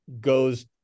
goes